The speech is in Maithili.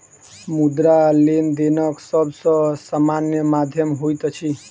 मुद्रा, लेनदेनक सब सॅ सामान्य माध्यम होइत अछि